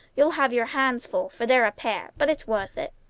you'll have your hands full, for they're a pair! but it's worth it!